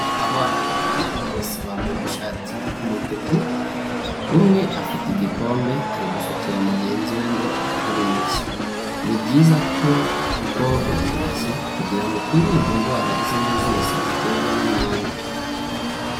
Abana babiri bose bambaye udushati tw'umutuku, umwe afite igikombe ari gusukira mugenzi we ngo akaraba intoki, ni byiza ko twoga intoki kugira ngo twirinde indwara izo arizo zose ziterwa n'umwanda.